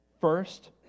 first